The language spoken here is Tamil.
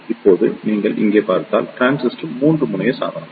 இப்போது நீங்கள் இங்கே பார்த்தால் டிரான்சிஸ்டர் 3 முனைய சாதனம்